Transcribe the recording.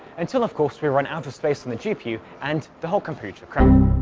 until of course we run out of space on the gpu and the whole computer